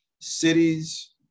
cities